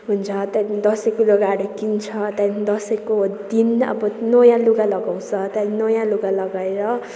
हुन्छ त्यहाँदेखि दसैँको लुगाहरू किन्छ त्यहाँँदेखि दसैँको दिन अब नयाँ लुगा लगाउँछ त्यहाँ पनि नयाँ लुगा लगाएर